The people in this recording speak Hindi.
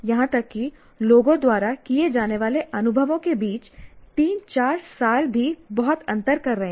यहां तक कि लोगों द्वारा किए जाने वाले अनुभवों के बीच 3 4 साल भी बहुत अंतर कर रहे हैं